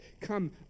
Come